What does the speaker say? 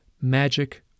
Magic